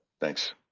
thanks